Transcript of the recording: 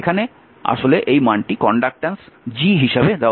এখানে আসলে এই মানটি কন্ডাক্টেন্স G হিসাবে দেওয়া হয়েছে